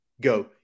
go